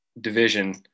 division